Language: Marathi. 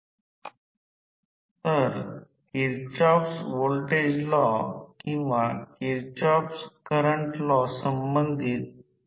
आता हा रोटर सर्किट आहे हा E1 आहे हा भाग SE2 SE1 असेल येथे हे गुणोत्तर हे 1 ते a1 आहे येथे ते 1